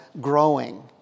growing